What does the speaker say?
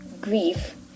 grief